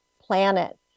planet